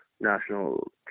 national